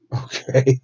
Okay